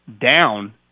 down